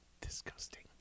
Disgusting